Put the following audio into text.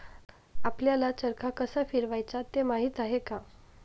आपल्याला चरखा कसा फिरवायचा ते माहित आहे का?